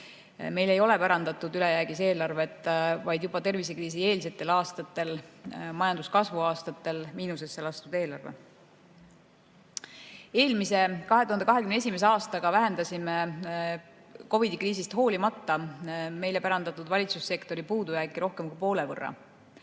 Meile ei ole pärandatud ülejäägis eelarvet, vaid juba tervisekriisieelsetel aastatel, majanduskasvu aastatel miinusesse lastud eelarve. Eelmise, 2021. aastaga vähendasime COVID-i kriisist hoolimata meile pärandatud valitsussektori puudujääki rohkem kui poole võrra.